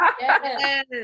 Yes